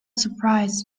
surprised